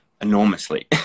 enormously